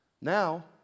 Now